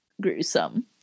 gruesome